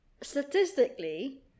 statistically